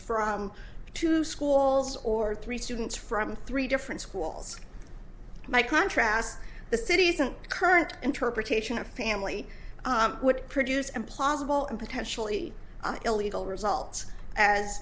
from two schools or three students from three different schools my contrast the city isn't current interpretation of family would produce and possible and potentially illegal results as